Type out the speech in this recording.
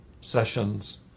sessions